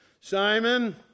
Simon